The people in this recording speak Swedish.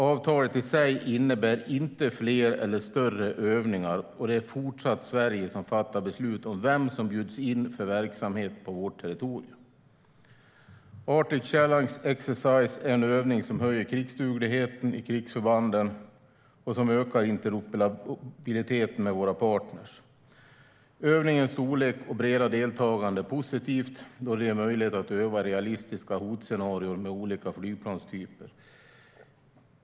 Avtalet i sig innebär inte fler eller större övningar, och det är fortsatt Sverige som fattar beslut om vem som bjuds in för verksamhet på vårt territorium. Arctic Challenge Exercise är en övning som höjer krigsdugligheten i krigsförbanden och som ökar interoperabiliteten med våra partner. Övningens storlek och breda deltagande är positivt, då det ger möjlighet att öva realistiska hotscenarier med olika flygplanstyper.